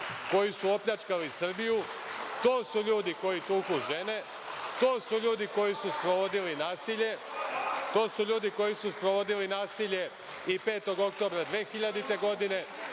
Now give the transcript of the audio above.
koji su opljačkali Srbiju, to su ljudi koji tuku žene. To su ljudi koji su sprovodili nasilje. To su ljudi koji